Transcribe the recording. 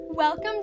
Welcome